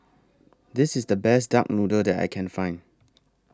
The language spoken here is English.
This IS The Best Duck Noodle that I Can Find